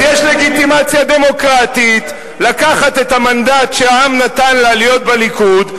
אז יש לגיטימציה דמוקרטית לקחת את המנדט שהעם נתן לה להיות בליכוד,